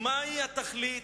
מהי התכלית?